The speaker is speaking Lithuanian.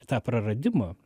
tą praradimą